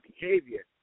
behavior